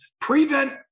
Prevent